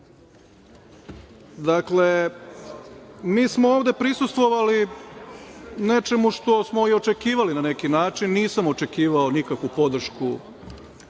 mi smo ovde prisustvovali nečemu što smo i očekivali, na neki način. Nisam očekivao nikakvu podršku